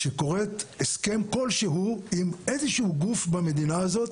שכורת הסכם כלשהו עם איזה שהוא גוף במדינה הזאת.